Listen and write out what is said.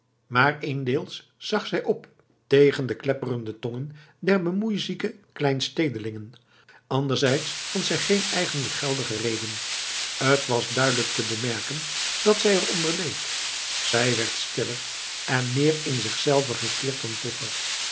maar eensdeels zag zij op tegen de klepperende tongen der bemoeizieke kleinstedelingen anderdeels vond zij geen eigenlijk geldige reden t was duidelijk te bemerken dat zij er onder leed zij werd stiller en meer in zichzelve gekeerd dan vroeger